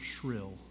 shrill